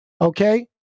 okay